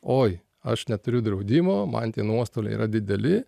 oi aš neturiu draudimo man tie nuostoliai yra dideli